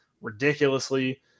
ridiculously